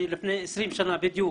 אני לפני 20 שנה בדיוק,